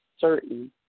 certain